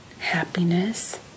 happiness